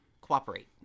Cooperate